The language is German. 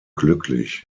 glücklich